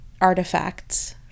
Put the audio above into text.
artifacts-